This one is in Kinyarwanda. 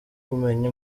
kumenya